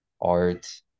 art